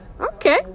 okay